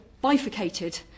bifurcated